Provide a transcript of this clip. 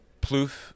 Plouffe